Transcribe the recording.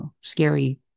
scary